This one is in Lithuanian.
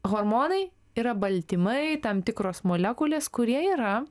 hormonai yra baltymai tam tikros molekulės kurie yra